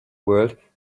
world